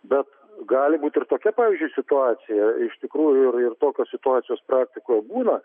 bet gali būt ir tokia pavyzdžiui situacija iš tikrųjų ir ir tokios situacijos praktikoj būna